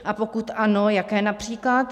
A pokud ano, jaké například?